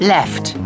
Left